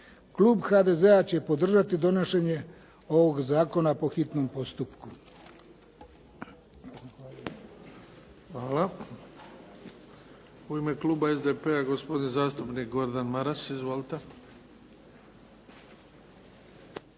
klub HDZ-a će podržati donošenje ovog zakona po hitnom postupku. **Bebić, Luka (HDZ)** Hvala. U ime kluba SDP-a, gospodin zastupnik Gordan Maras. Izvolite.